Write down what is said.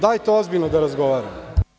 Dajte, ozbiljno da razgovaramo.